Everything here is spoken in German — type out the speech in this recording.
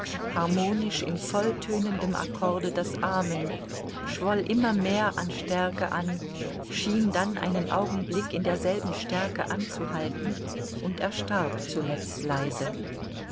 harmonisch in volltönendem akkorde das amen schwoll immer mehr an stärke an schien dann einen augenblick in derselben stärke anzuhalten und erstarb zuletzt leise